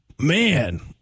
Man